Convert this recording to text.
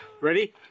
Ready